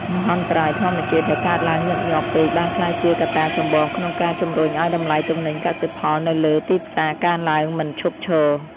មហន្តរាយធម្មជាតិដែលកើតឡើងញឹកញាប់ពេកបានក្លាយជាកត្តាចម្បងក្នុងការជម្រុញឱ្យតម្លៃទំនិញកសិផលនៅលើ ទីផ្សារកើនឡើងមិនឈប់ឈរ។